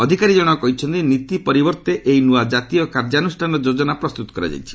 ଅଧିକାରୀ ଜଣକ କହିଛନ୍ତି ନୀତି ପରିବର୍ତ୍ତେ ଏହି ନୂଆ କାର୍ଯ୍ୟାନୁଷ୍ଠାନ ଯୋଜନା ପ୍ରସ୍ତୁତ କରାଯାଇଛି